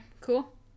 Cool